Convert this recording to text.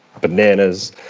bananas